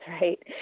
right